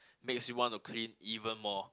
makes me want to clean even more